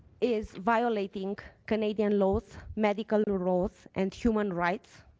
is violating canadian laws, medical laws and human rights.